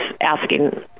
asking